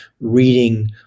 reading